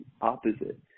opposite